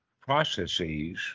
processes